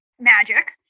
magic